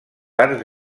arts